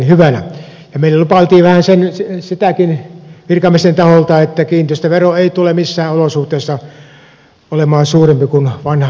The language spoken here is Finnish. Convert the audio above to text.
meille lupailtiin vähän sitäkin virkamiesten taholta että kiinteistövero ei tule missään olosuhteissa olemaan suurempi kuin vanha katumaksulaki